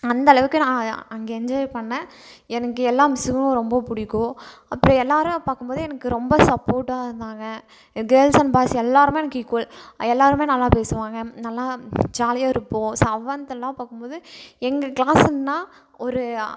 அந்தளவுக்கு நான் அங்கே என்ஜாய் பண்ணேன் எனக்கு எல்லாம் மிஸ்ஸுகளும் ரொம்ப பிடிக்கும் அப்புறம் எல்லோரும் பார்க்கும்போது எனக்கு ரொம்ப சப்போட்டாக இருந்தாங்க கேர்ள்ஸ் அண்ட் பாய்ஸ் எல்லோருமே எனக்கு ஈக்குவல் எல்லோருமே நல்லா பேசுவாங்க நல்லா ஜாலியாக இருப்போம் சவன்த்துல்லாம் பார்க்கும்போது எங்கள் கிளாஸுன்னால் ஒரு